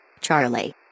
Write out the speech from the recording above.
Charlie